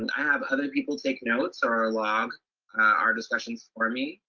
and i have other people take notes or log our discussions for me,